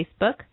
Facebook